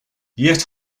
yet